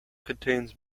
contains